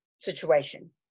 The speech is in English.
situation